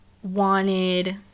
wanted